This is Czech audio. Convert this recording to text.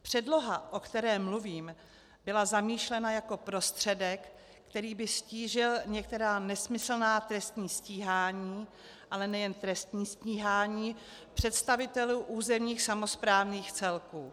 Předloha, o které mluvím, byla zamýšlena jako prostředek, který by ztížil některá nesmyslná trestní stíhání, ale nejen trestní stíhání, představitelů územních samosprávných celků.